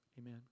Amen